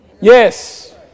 Yes